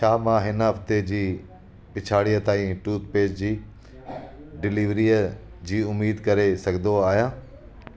छा मां हिन हफ़्ते जी पिछाड़ीअ ताईं टूथपेस्ट जी डिलिवरीअ जी उमीद करे सघंदो आहियां